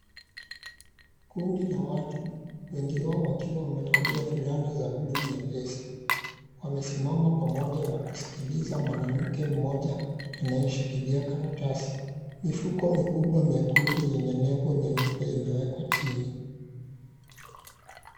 Kundi la watu, wengi wao wakiwa wamevalia fulana za bluu nyepesi, wamesimama pamoja na kuskiliza mwanamke mmoja anayeshikilia karatasi, mifuko mikubwa mekundu yenye nembo nyeupe inawekwa chini.